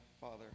Father